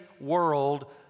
world